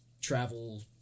travel